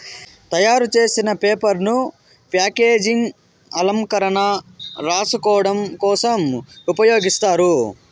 తయారు చేసిన పేపర్ ను ప్యాకేజింగ్, అలంకరణ, రాసుకోడం కోసం ఉపయోగిస్తారు